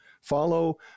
follow